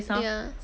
ya